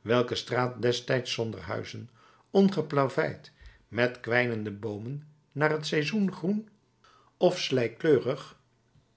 welke straat destijds zonder huizen ongeplaveid met kwijnende boomen naar t seizoen groen of slijkkleurig